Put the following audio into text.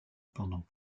pendant